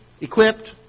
equipped